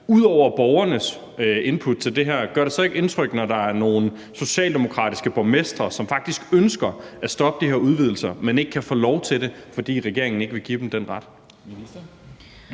Ud over borgernes input til det her gør det så ikke indtryk, når der er nogle socialdemokratiske borgmestre, som faktisk ønsker at stoppe de her udvidelser, men ikke kan få lov til det, fordi regeringen ikke vil give dem den ret?